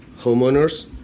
homeowners